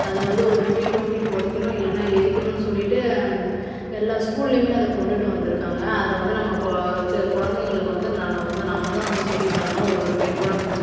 அதை வந்து ஒரு குழி தோண்டி புதைக்கணும் இல்லைனா எரிக்கணுன்னு சொல்லிட்டு எல்லா ஸ்கூல்லேயுமே அதை கொண்டுட்டு வந்துருக்காங்க அதை வந்து நம்ம கொ ச்ச குழந்தைகளுக்கு வந்து நம்ம வந்து நம்ம தான் வந்து சொல்லித் தரணும் ஒரு ஒரு பெண் குழந்தைங்க வெச்சுருக்